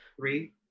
Three